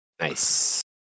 nice